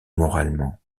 moralement